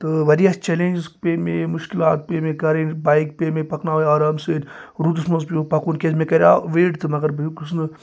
تہٕ وارِیاہ چَلینجِز پیٚیہِ مےٚ یِم مُشکِلات پیٚیہِ مےٚ کَرٕنۍ بایک پیٚیہِ مےٚ پَکناوٕنۍ آرام سٍتۍ روٗدَس منٛز پٮ۪وم پَکُن کیٛازِ مےٚ کَریاو ویٹ تہٕ مَگَر بہٕ ہٮ۪وکُس نہٕ